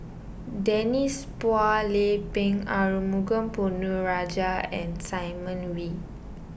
Denise Phua Lay Peng Arumugam Ponnu Rajah and Simon Wee